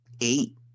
eight